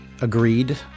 agreed